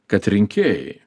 kad rinkėjai